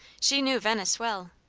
she knew venice well.